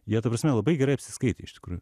jie ta prasme labai gerai apsiskaitę iš tikrųjų